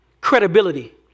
credibility